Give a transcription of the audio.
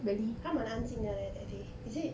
他蛮安静的 leh that day